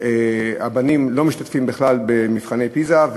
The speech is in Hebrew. הבנים לא משתתפים בכלל במבחני פיז"ה,